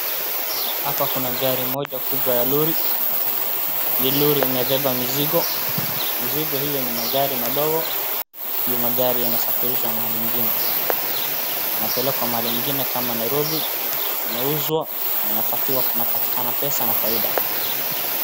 Hapa kuna gari moja kubwa ya Lori. Hii Lori imebeba mizigo, mizigo hiyo ni magari madogo hii magari yanasafirishwa mahali ingine, inapelekwa mahali ingine kama nairobi nauzwa na napatikana pesa na faida.